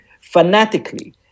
fanatically